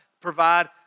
provide